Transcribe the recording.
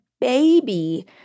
baby